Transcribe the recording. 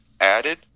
added